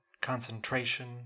concentration